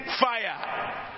fire